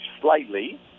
slightly